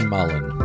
Mullen